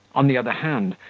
on the other hand,